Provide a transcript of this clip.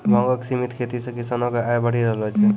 भांगो के सिमित खेती से किसानो के आय बढ़ी रहलो छै